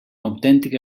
autèntic